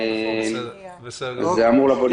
זה אמור לבוא לאישור.